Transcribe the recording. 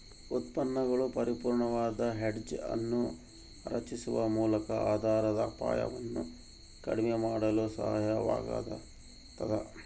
ಉತ್ಪನ್ನಗಳು ಪರಿಪೂರ್ಣವಾದ ಹೆಡ್ಜ್ ಅನ್ನು ರಚಿಸುವ ಮೂಲಕ ಆಧಾರದ ಅಪಾಯವನ್ನು ಕಡಿಮೆ ಮಾಡಲು ಸಹಾಯವಾಗತದ